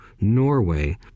norway